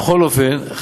בכל אופן,